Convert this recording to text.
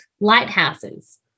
Lighthouses